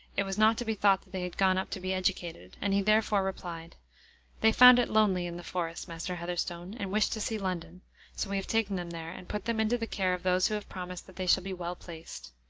it was not to be thought that they had gone up to be educated and he therefore replied they found it lonely in the forest, master heatherstone, and wished to see london so we have taken them there, and put them into the care of those who have promised that they shall be well placed.